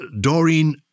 Doreen